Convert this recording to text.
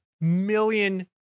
million